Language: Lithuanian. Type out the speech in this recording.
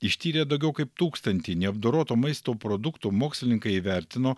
ištyrę daugiau kaip tūkstantį neapdoroto maisto produktų mokslininkai įvertino